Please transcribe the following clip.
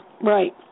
right